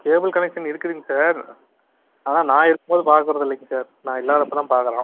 cable connection இருக்குதுங்க sir ஆனால் நான் இருக்கும்போது பார்க்க விட்றது இல்லைங்க சார் நான் இல்லாதப்போ தான் பாக்கிறான்